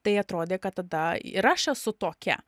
tai atrodė kad tada ir aš esu tokia